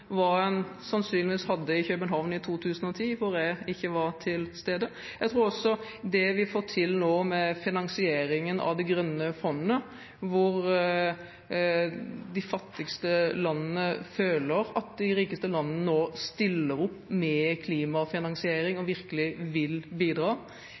hva en sannsynligvis hadde i København i 2010, hvor jeg ikke var til stede. Jeg tror også at det vi nå får til med finansieringen av de grønne fondene, hvor de fattigste landene føler at de rikeste landene nå stiller opp med klimafinansiering